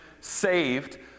saved